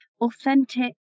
authentic